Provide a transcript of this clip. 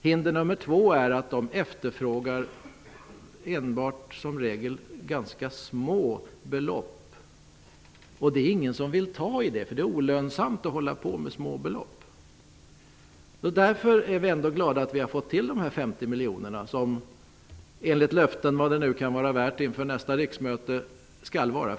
Hinder nummer två är att kvinnorna som regel efterfrågar ganska små belopp, något som ingen vill ta tag i, eftersom det är olönsamt. Vi är därför glada över att vi har fått med detta bidrag om 50 miljoner, som enligt givna löften -- vad det nu kan vara värt -- skall bestå också i fortsättningen.